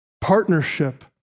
partnership